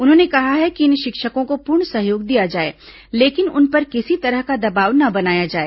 उन्होंने कहा है कि इन शिक्षकों को पूर्ण सहयोग दिया जाए लेकिन उन पर किसी तरह का दबाव न बनाया जाए